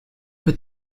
but